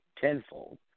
tenfold